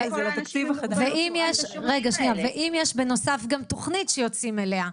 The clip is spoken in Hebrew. אם יש בנוסף גם תוכנית מתוקצבת שיוצאים אליה,